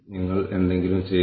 നമ്മൾ എത്രയെണ്ണം എടുക്കുന്നു